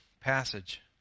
passage